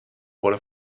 wurde